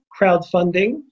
crowdfunding